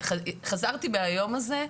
חזרתי מהיום הזה,